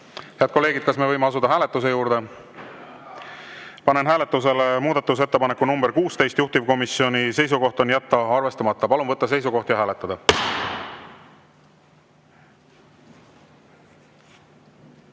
Head kolleegid, kas me tohime asuda hääletuse juurde? Panen hääletusele muudatusettepaneku nr 26, juhtivkomisjoni seisukoht on jätta arvestamata. Palun võtta seisukoht ja hääletada!